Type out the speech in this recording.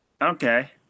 Okay